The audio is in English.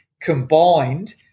combined